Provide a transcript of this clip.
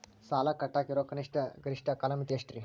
ಸಾಲ ಕಟ್ಟಾಕ ಇರೋ ಕನಿಷ್ಟ, ಗರಿಷ್ಠ ಕಾಲಮಿತಿ ಎಷ್ಟ್ರಿ?